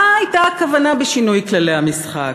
מה הייתה הכוונה ב"שינוי כללי המשחק"?